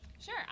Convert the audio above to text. Sure